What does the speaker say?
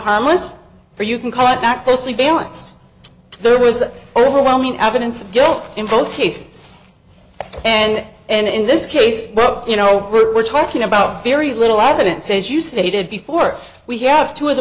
harmless or you can call it that closely balanced there was overwhelming evidence of guilt in both cases and and in this case well you know we're talking about very little evidence as you stated before we have two of the